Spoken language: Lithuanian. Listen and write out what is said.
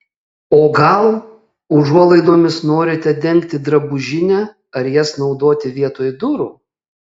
o gal užuolaidomis norite dengti drabužinę ar jas naudoti vietoj durų